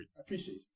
appreciate